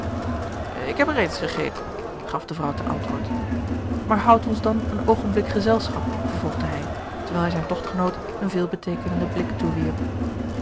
ik heb reeds gegeten gaf de vrouw ten antwoord maar houd ons dan een oogenblik gezelschap vervolgde hij terwijl hij zijn togtgenoot een veelbeteekenenden blik toewierp